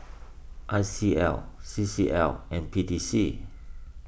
I C L C C L and P T C